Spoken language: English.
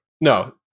no